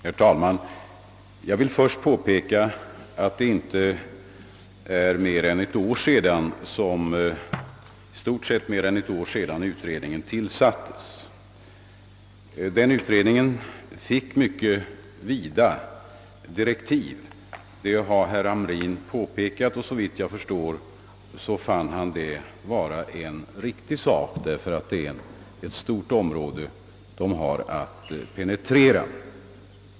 Herr talman! Jag vill först påpeka att det inte är mer än i stort sett ett år sedan handikapputredningen tillsattes. Den fick mycket vida direktiv; det har också herr Hamrin i Kalmar framhållit, och såvitt jag förstår fann han det vara riktigt, eftersom det är ett stort område utredningen har att penetrera.